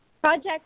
Project